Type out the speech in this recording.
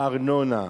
הארנונה,